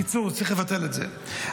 בקיצור, צריך לבטל את זה.